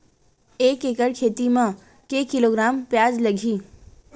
एक एकड़ खेती म के किलोग्राम प्याज लग ही?